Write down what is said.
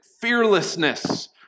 fearlessness